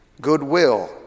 goodwill